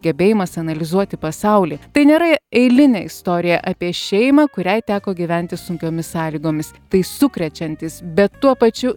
gebėjimas analizuoti pasaulį tai nėra eilinė istorija apie šeimą kuriai teko gyventi sunkiomis sąlygomis tai sukrečiantys bet tuo pačiu